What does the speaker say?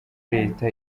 leta